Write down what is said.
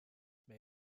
may